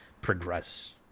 progress